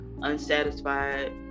unsatisfied